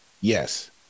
Yes